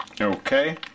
Okay